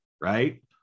right